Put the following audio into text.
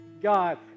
God